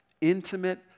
intimate